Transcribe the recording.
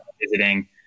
visiting